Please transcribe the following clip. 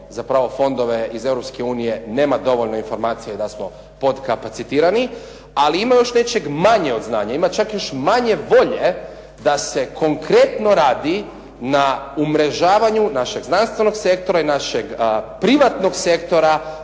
zapravo fondove iz Europske unije nema dovoljno informacija da smo potkapacitirani, ali ima još nečeg manje od znanja, ima čak još manje volje da se konkretno radi na umrežavanju našeg znanstvenog sektora i našeg privatnog sektora